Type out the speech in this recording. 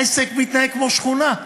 העסק מתנהג כמו שכונה.